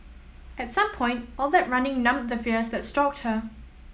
at some point all that running numbed the fears that stalked her